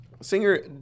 Singer